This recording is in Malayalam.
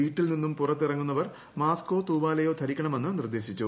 വീട്ടിൽ നിന്നും പുറത്തിറങ്ങുന്നവർ മാസ്കോ ത്രൂപ്പാലയോ ധരിക്കണമെന്ന് നിർദേശിച്ചു